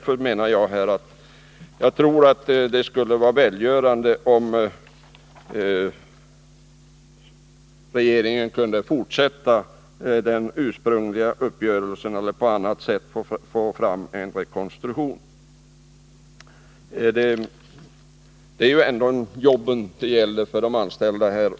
41 Därför skulle det vara välgörande, om regeringen kunde fortsätta den ursprungliga uppgörelsen eller på annat sätt få fram en rekonstruktion. Det gäller ändå jobben för de anställda.